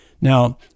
Now